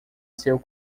seu